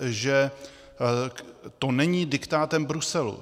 , že to není diktátem Bruselu.